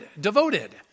devoted